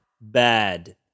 Bad